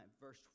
verse